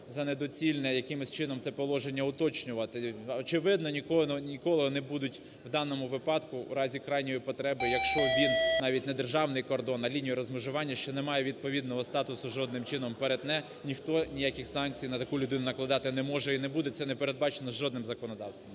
за недоцільне якимось чином це положення уточнювати, очевидно воно ніколи не будуть, в даному випадку, в разі крайньої потреби, якщо він навіть не державний кордон, а лінія розмежування, що не має відповідного статусу жодним чином перетне ніхто ніяких санкцій на таку людину накладати не може і не буде, це не передбачено жодним законодавством.